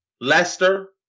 Leicester